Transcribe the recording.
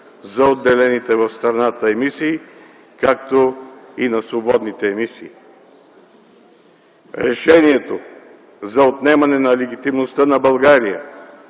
за отделяните в страната емисии, както и на свободните емисии. Решението за отнемане на легитимността на България